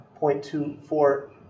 0.24